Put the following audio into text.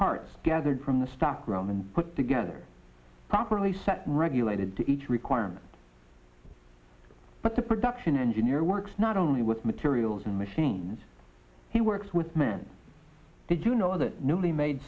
parts gathered from the stock room and put together properly set regulated to each requirement but the production engineer works not only with materials and machines he works with men they do know that newly made